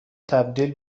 تبدیل